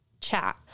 chat